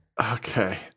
Okay